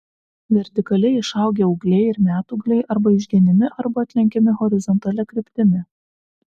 vertikaliai išaugę ūgliai ir metūgliai arba išgenimi arba atlenkiami horizontalia kryptimi